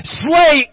slay